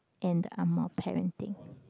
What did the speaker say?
and Angmoh parenting